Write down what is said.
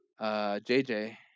JJ